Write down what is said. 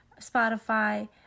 Spotify